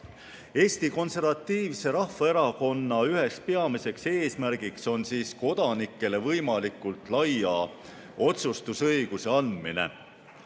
Konservatiivse Rahvaerakonna üheks peamiseks eesmärgiks on kodanikele võimalikult laia otsustusõiguse andmine.